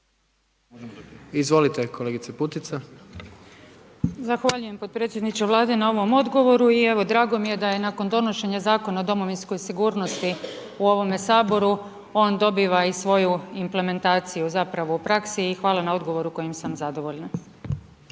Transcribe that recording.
**Putica, Sanja (HDZ)** Zahvaljujem potpredsjedniče Vlade na ovom odgovoru. I evo, drago mi je da je nakon donošenja Zakona o domovinskoj sigurnosti u ovome Saboru, on dobiva i svoju implementaciju zapravo u praksi i hvala na odgovor kojim sam zadovoljna.